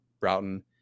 Broughton